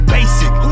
Basic